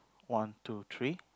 one two three